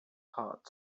heart